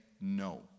no